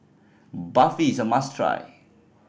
barfi is a must try